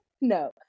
No